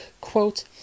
quote